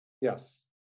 Yes